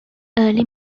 early